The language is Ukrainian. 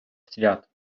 свят